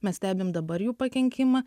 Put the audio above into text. mes stebim dabar jų pakenkimą